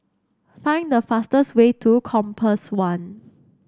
find the fastest way to Compass One